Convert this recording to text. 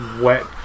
wet